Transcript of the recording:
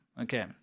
Okay